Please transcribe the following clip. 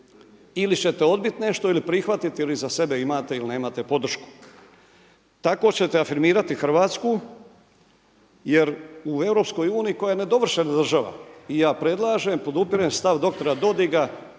ili ćete odbiti nešto ili prihvatiti ili iza sebe imate ili nemate podršku. Tako ćete afirmirati Hrvatsku jer u EU koja je nedovršena država i ja predlažem i podupirem stav dr. Dodiga